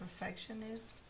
perfectionism